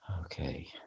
okay